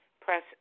press